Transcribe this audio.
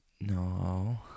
No